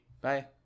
Bye